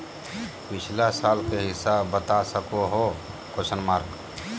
पिछला साल के हिसाब बता सको हो?